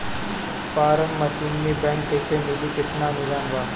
Form machinery bank कैसे मिली कितना अनुदान बा?